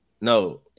No